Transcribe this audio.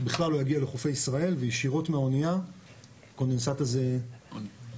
בכלל לא יגיע לחופי ישראל וישירות מהאניה הקונדנסט הזה מיוצא.